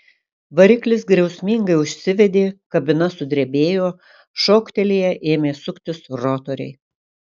variklis griausmingai užsivedė kabina sudrebėjo šoktelėję ėmė suktis rotoriai